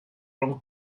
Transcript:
rhwng